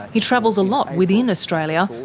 he travels a lot within australia,